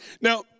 Now